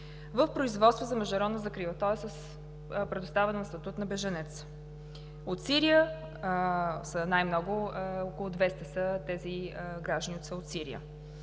в производство за международна закрила, тоест с предоставяне на статут на бежанец. От Сирия са най много – около 200 от тези граждани са от Сирия.